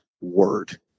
word